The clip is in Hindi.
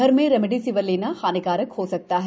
घर में रेमडेसिविर लेना हानिकारक हो सकता है